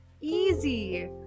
easy